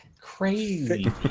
Crazy